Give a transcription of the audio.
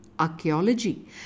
Archaeology